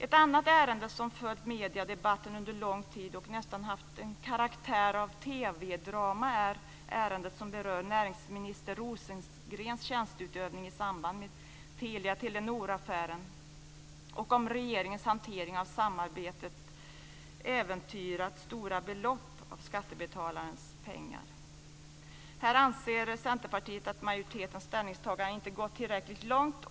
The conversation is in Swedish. Ett ärende som förekommit i mediedebatten under lång tid och nästan haft karaktär av TV-drama är ärendet om näringsminister Rosengrens tjänsteutövning i samband med Telia-Telenor-affären och om regeringens hantering av samarbetet äventyrat stora belopp av skattebetalarnas pengar. Här anser Centerpartiet att majoritetens ställningstagande inte gått tillräckligt långt.